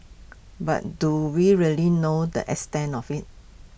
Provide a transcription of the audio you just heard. but do we really know the extent of IT